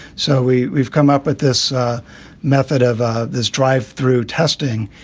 so we've we've come up with this method of ah this drive through testing,